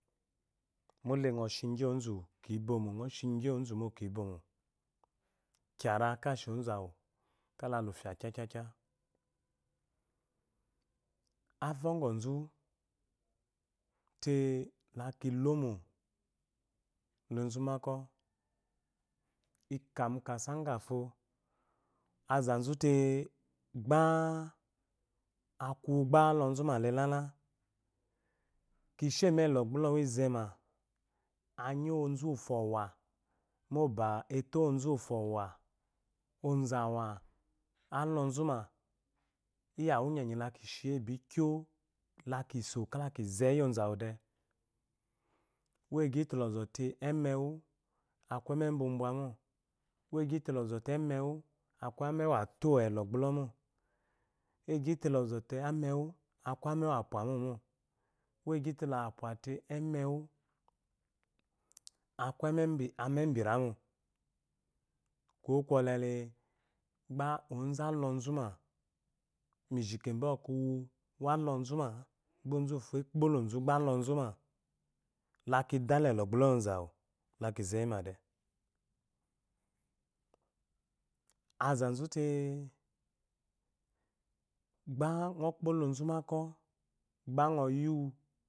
Mole ngo shugyi ozu kiboma nho shigyi ozumo kibomo kyara kashi ozu awu kda lufia kyakya avulgɔzute laki lomo lozubakɔ ikamu kasa gafo zute laki lomo lozubakɔ ikamikasa gafo azazute gba akuwu gba alɔzumale lala kisheba elɔgbulɔwu izema anyiwuozufo awa moba ete wuozufoawa ozuawa aloɔzuma iyawu nyenyi laki shiyi ebikyo laki so lakize yi ozuamude mogyite lɔzɔte amewu aku ame bubwamo egyite lɔzɔte amewu aku amewatɔ elɔgbulomo egyite lɔzɔte amewu aku amebiramo kuwo kwɔlele gba ozu alɔzuma mijike bwoyi uwu alɔzuma gba ozufo ekpolozu gba alɔzuma laki dala elɔgbulɔ yi ozuawu laki ziyimade azazute gba ngo kpolo ozubakwɔ gba ngo yiwu